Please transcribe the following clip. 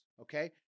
Okay